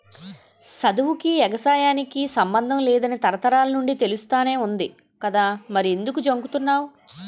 సదువుకీ, ఎగసాయానికి సమ్మందం లేదని తరతరాల నుండీ తెలుస్తానే వుంది కదా మరెంకుదు జంకుతన్నావ్